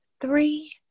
three